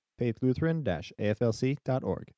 faithlutheran-aflc.org